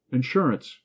Insurance